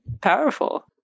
powerful